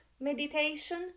meditation